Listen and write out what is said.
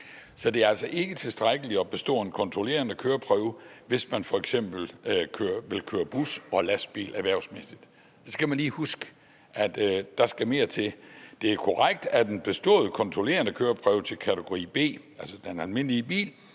Så det er altså ikke tilstrækkeligt at bestå en kontrollerende køreprøve, hvis man f.eks. vil køre bus og lastbil erhvervsmæssigt. Det skal man lige huske, altså at der skal mere til. Det er korrekt, at en bestået kontrollerende køreprøve til kategeri B, altså den almindelige bil,